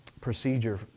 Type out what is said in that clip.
procedure